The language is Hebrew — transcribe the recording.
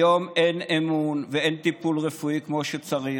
היום אין אמון ואין טיפול רפואי כמו שצריך.